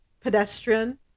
pedestrian